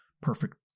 perfect